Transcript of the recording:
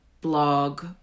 blog